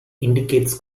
indicates